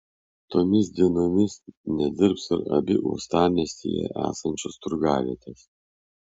tomis dienomis nedirbs ir abi uostamiestyje esančios turgavietės